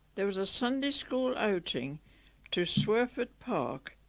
there was a sunday school outing to swerford park.